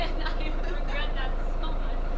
i regret that so much.